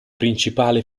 principale